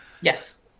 Yes